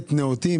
נאותים.